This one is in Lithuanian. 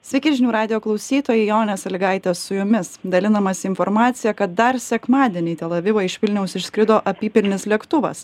sveiki žinių radijo klausytojai jonė salygaitė su jumis dalinamasi informacija kad dar sekmadienį į tel avivą iš vilniaus išskrido apypilnis lėktuvas